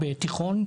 בתיכון,